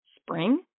Spring